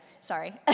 sorry